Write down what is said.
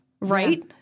right